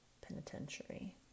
Penitentiary